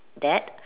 dad